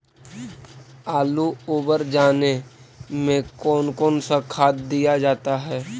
आलू ओवर जाने में कौन कौन सा खाद दिया जाता है?